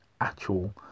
actual